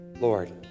Lord